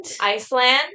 iceland